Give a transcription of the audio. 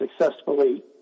successfully